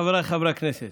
חבריי חברי הכנסת,